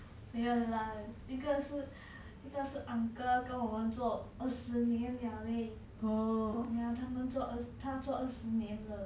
没有 lah 一个是一个是 uncle 跟我们做二十年 liao leh ya 他们做他做二十年了